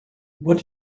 what